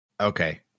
okay